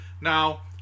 Now